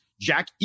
Jack